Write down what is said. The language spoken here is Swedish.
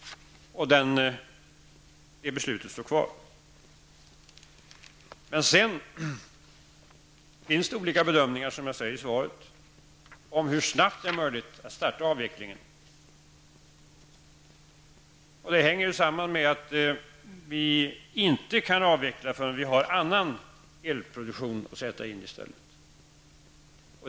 Det beslutet står kvar. Men sedan finns det, som jag sagt i svaret, olika bedömningar av hur snabbt det är möjligt att starta avvecklingen. Det hänger samman med att vi inte kan avveckla förrän vi har annan elproduktion att sätta in i stället.